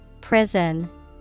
Prison